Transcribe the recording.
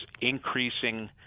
increasing